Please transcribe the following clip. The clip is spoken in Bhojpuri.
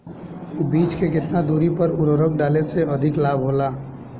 बीज के केतना दूरी पर उर्वरक डाले से अधिक लाभ होला?